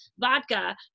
vodka